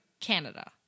Canada